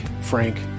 frank